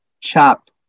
chopped